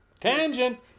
Tangent